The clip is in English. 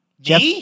Jeff